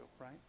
right